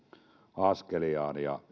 askeliaan ja